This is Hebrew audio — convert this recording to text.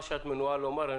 מה שאת מנועה לומר,